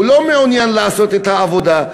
הוא לא מעוניין לעשות את העבודה.